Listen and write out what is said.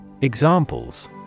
Examples